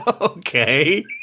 okay